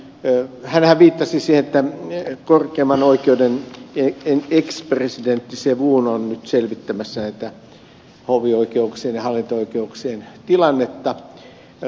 hänhän viittasi siihen että korkeimman oikeuden ex presidentti sevon on nyt selvittämässä tätä hovioikeuksien ja hallinto oikeuksien tilannetta